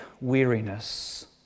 weariness